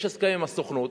יש הסכם עם הסוכנות,